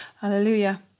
Hallelujah